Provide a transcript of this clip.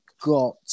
got